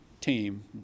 team